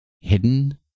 hidden